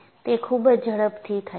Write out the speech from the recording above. તે ખૂબ જ ઝડપથી થાય છે